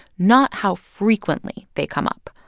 not how frequently they come up.